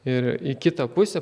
ir į kitą pusę